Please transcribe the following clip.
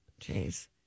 Jeez